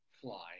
fly